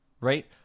right